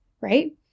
right